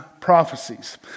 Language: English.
prophecies